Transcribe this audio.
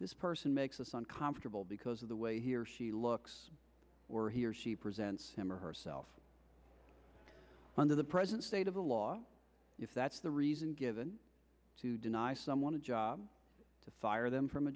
this person makes a son convertable because of the way he or she looks or he or she presents him or herself under the present state of the law if that's the reason given to deny someone a job to fire them from a